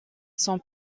son